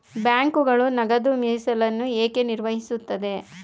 ಬ್ಯಾಂಕುಗಳು ನಗದು ಮೀಸಲನ್ನು ಏಕೆ ನಿರ್ವಹಿಸುತ್ತವೆ?